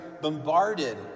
bombarded